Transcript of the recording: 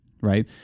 right